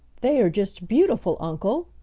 they are just beautiful, uncle,